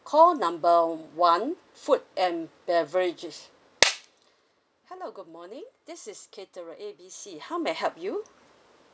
call number one food and beverages hello good morning this is caterer A B C how may I help you